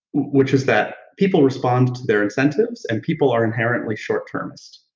which is that people respond to their incentives and people are inherently short-termists,